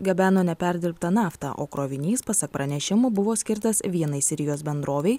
gabeno neperdirbtą naftą o krovinys pasak pranešimų buvo skirtas vienai sirijos bendrovei